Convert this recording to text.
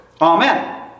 Amen